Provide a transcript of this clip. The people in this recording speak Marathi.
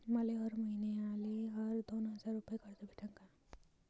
मले हर मईन्याले हर दोन हजार रुपये कर्ज भेटन का?